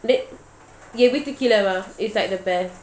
they எதுக்குகீழ:edhuku keela it's like the best